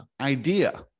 idea